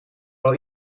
wel